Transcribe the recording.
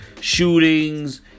shootings